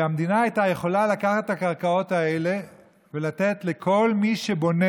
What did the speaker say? המדינה הייתה יכולה לקחת את הקרקעות האלה ולתת לכל מי שבונה,